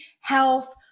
health